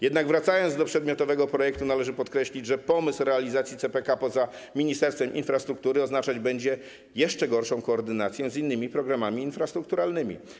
Jednak wracając do przedmiotowego projektu, należy podkreślić, że pomysł realizacji CPK poza Ministerstwem Infrastruktury oznaczać będzie jeszcze gorszą koordynację z innymi programami infrastrukturalnymi.